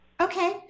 okay